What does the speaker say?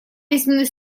письменный